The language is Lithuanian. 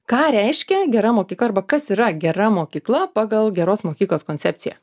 ką reiškia gera mokykla arba kas yra gera mokykla pagal geros mokyklos koncepciją